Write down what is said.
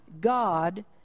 God